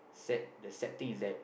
sad the sad thing is that